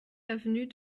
avenue